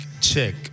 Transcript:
check